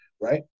right